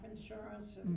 Insurance